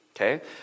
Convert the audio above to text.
okay